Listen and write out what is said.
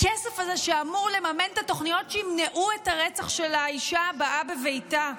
הכסף הזה שאמור לממן את התוכניות שימנעו את הרצח של האישה הבאה בביתה.